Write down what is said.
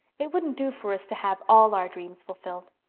it wouldn't do for us to have all our dreams fulfilled.